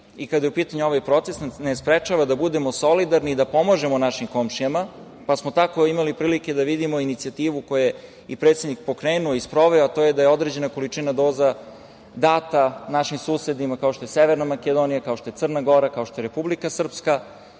i kada je u pitanju ovaj proces, nas ne sprečava da budemo solidarni i da pomažemo našim komšijama, pa smo tako imali prilike da vidimo inicijativu koju je i predsednik pokrenuo i sproveo, a to je da je određena količina doza data našim susedima, kao što je Severna Makedonija, kao što je Crna Gora, kao što je Republika Srpska.